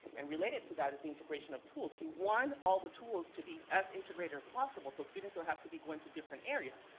and related to that is the integration of tools. you want all the tools to be as integrated as possible so students don't have to be going to different areas.